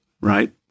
right